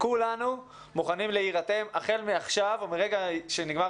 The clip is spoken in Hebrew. כולנו מוכנים להירתם החל מעכשיו ומרגע שנגמר